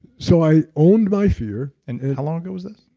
so i owned my fear and how long ago was it?